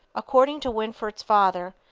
according to winford's father,